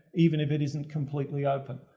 even if it isn't completely open.